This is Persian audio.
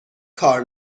کار